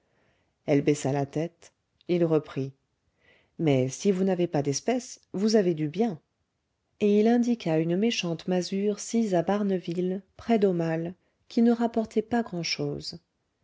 elle baissa la tête il reprit mais si vous n'avez pas d'espèces vous avez du bien et il indiqua une méchante masure sise à barneville près d'aumale qui ne rapportait pas grand-chose